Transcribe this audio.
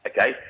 okay